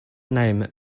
name